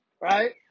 right